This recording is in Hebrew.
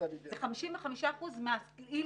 לא מפוקחים אבל הם מקבלים חמישים ומשהו אחוזים,